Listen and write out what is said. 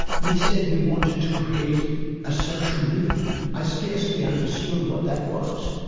we said we wanted to create a social movement. i scarcely understood what that was.